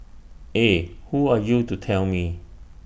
eh who are you to tell me